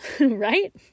right